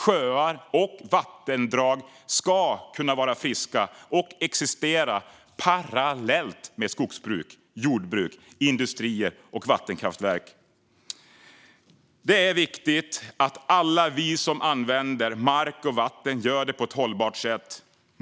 Sjöar och vattendrag ska kunna vara friska och existera parallellt med skogsbruk, jordbruk, industrier och vattenkraftverk. Det är viktigt att alla vi som använder mark och vatten gör det på ett hållbart sätt.